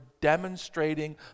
demonstrating